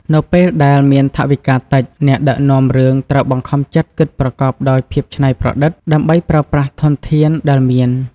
នៅពេលដែលមានថវិកាតិច អ្នកដឹកនាំរឿងត្រូវបង្ខំចិត្តគិតប្រកបដោយភាពច្នៃប្រឌិត ដើម្បីប្រើប្រាស់ធនធានដែលមាន។